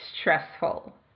stressful